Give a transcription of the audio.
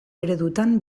eredutan